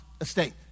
estate